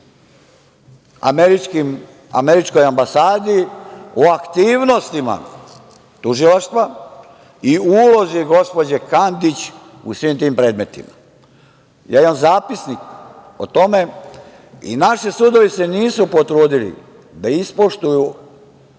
američkoj ambasadi o aktivnostima Tužilaštva i ulozi gospođe Kandić u svim tim predmetima. Imam zapisnik o tome. Naši sudovi se nisu potrudili da ispoštuju